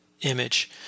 image